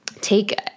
take